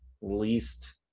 least